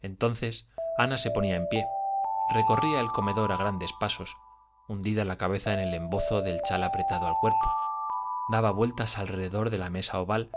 entonces ana se ponía en pie recorría el comedor a grandes pasos hundida la cabeza en el embozo del chal apretado al cuerpo daba vuelta alrededor de la mesa oval